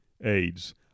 AIDS